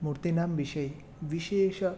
मूर्तीनां विषये विशेष